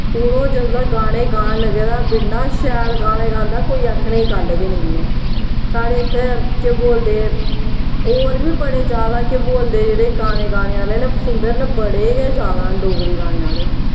हून ओह् जदूं दा गाने गान लग्गे दा इ'न्ना शैल गाने गांदा कोई आक्खने दी गल्ल गै नी ऐ साढ़े इत्थैं केह् बोलदे होर बी बड़े ज्यादा केह् बोलदे जेह्ड़े गाने गाने आह्ले न सिंगर न बड़े गै ज्यादा न डोगरी गाने आह्ले